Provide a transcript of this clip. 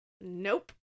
Nope